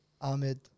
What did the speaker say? Ahmed